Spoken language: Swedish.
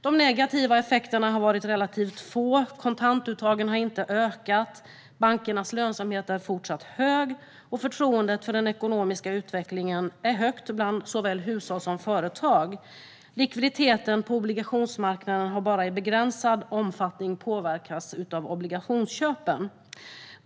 De negativa effekterna har varit relativt få - kontantuttagen har inte ökat, bankernas lönsamhet är fortsatt stor, förtroendet för den ekonomiska utvecklingen är stort bland såväl hushåll som företag och likviditeten på obligationsmarknaden har bara i begränsad omfattning påverkats av obligationsköpen.